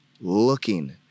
looking